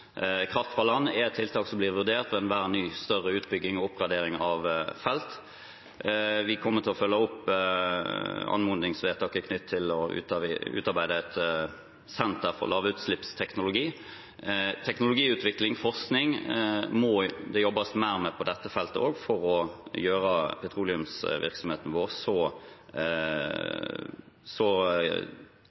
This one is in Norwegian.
Kraft fra land er et tiltak som blir vurdert ved enhver ny større utbygging og oppgradering av felt. Vi kommer til å følge opp anmodningsvedtaket knyttet til å utarbeide et senter for lavutslippsteknologi. Teknologiutvikling, forskning, må det jobbes mer med på dette feltet for at utslippene fra petroleumsvirksomheten vår skal være så